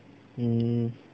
hmm